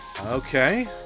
Okay